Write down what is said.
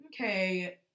okay